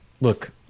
Look